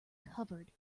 covered